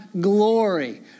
glory